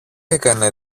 έκανε